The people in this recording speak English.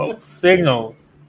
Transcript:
signals